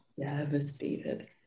devastated